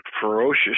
ferocious